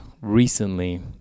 recently